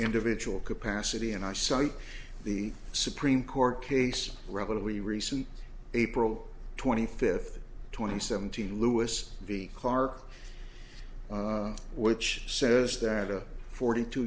individual capacity and i cite the supreme court case relatively recent april twenty fifth twenty seventeen lewis the clark which says that a forty t